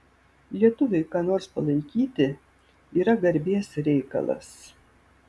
lietuviui ką nors palaikyti yra garbės reikalas